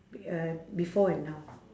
be~ uh before and now